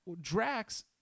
Drax